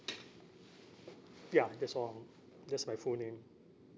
ya that's all that's my full name